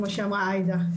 כמו שאמרה עאידה,